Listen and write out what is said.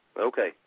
okay